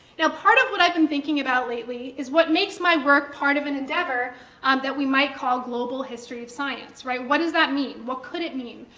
now, part of what i've been thinking about lately is what makes my work part of an endeavor um that we might call global history of science. what does that mean? what could it mean?